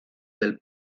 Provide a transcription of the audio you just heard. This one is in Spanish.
del